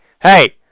Hey